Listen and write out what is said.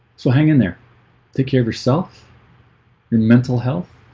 so hang in there take care of yourself your mental health